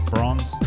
Bronze